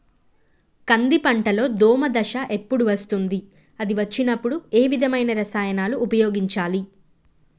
కంది పంటలో దోమ దశ ఎప్పుడు వస్తుంది అది వచ్చినప్పుడు ఏ విధమైన రసాయనాలు ఉపయోగించాలి?